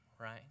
right